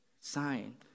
sign